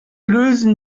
lösen